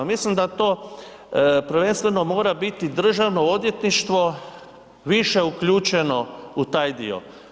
Mislim da to prvenstveno mora biti državno odvjetništvo više uključeno u taj dio.